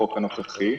בחוק הנוכחי.